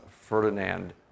Ferdinand